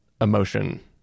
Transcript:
emotion